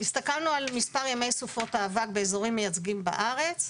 הסתכלנו על מספר ימי סופות האבק באיזורים מייצגים בארץ.